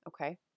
Okay